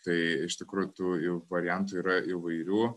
tai iš tikrųjų tų įv variantų yra įvairių